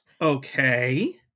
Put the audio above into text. Okay